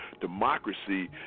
democracy